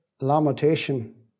lamentation